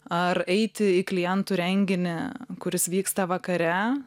ar eiti į klientų renginį kuris vyksta vakare